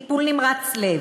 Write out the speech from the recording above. טיפול נמרץ לב.